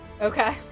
Okay